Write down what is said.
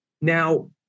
Now